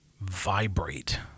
vibrate